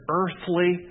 earthly